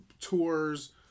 tours